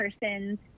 person's